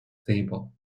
stable